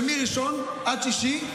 שמראשון עד חמישי,